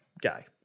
guy